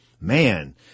Man